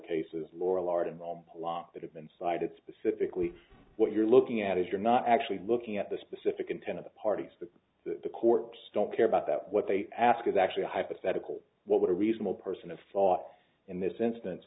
cases lorillard in rome that have been cited specifically what you're looking at is you're not actually looking at the specific intent of the parties but the courts don't care about that what they ask is actually a hypothetical what would a reasonable person of thought in this instance